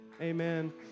Amen